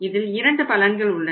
இதில் இரண்டு பலன்கள் உள்ளன